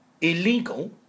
illegal